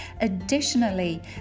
Additionally